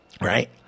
Right